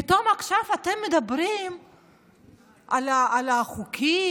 פתאום עכשיו אתם מדברים על החוקים,